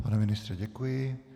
Pane ministře, děkuji.